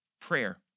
Prayer